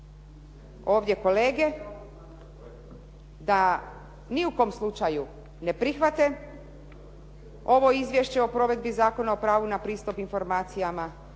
ovdje kolege da ni u kom slučaju ne prihvate ovo Izvješće o provedbi Zakona o pravu na pristup informacijama